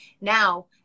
Now